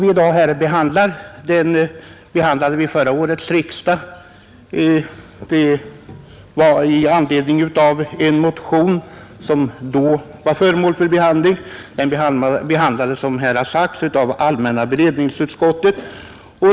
Denna fråga behandlades också vid förra årets riksdag i anledning av en avlämnad motion. Den behandlades, så som här har sagts, av allmänna beredningsutskottet.